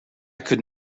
could